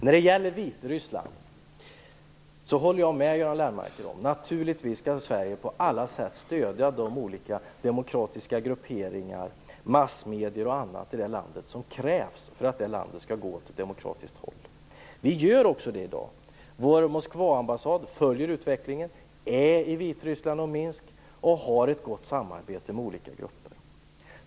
När det gäller Vitryssland håller jag med Göran Lennmarker om att Sverige naturligtvis på alla sätt skall stödja de olika demokratiska grupperingar, massmedier och annat i det landet som krävs för att landet skall gå åt ett demokratiskt håll. Det gör vi också i dag. Vår Moskvaambassad följer utvecklingen, är i Vitryssland och Minsk och har ett gott samarbete med olika grupper.